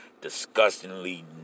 Disgustingly